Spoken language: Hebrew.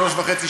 שלוש שנים וחצי,